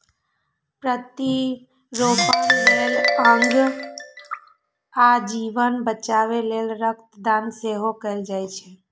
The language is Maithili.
प्रत्यारोपण लेल अंग आ जीवन बचाबै लेल रक्त दान सेहो कैल जाइ छै